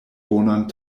bonan